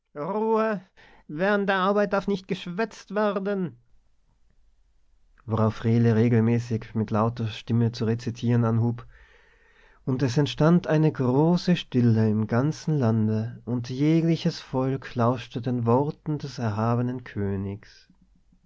während der arbeit darf nicht geschwätzt werden worauf rehle regelmäßig mit lauter stimme zu rezitieren anhub und es entstand eine große stille im ganzen lande und jegliches volk lauschte den worten des erhabenen königs